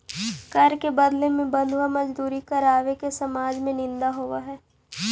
कर के बदले में बंधुआ मजदूरी करावे के समाज में निंदा होवऽ हई